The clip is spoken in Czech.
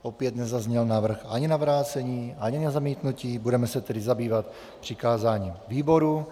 Opět nezazněl návrh ani na vrácení ani na zamítnutí, budeme se tedy zabývat přikázáním výboru.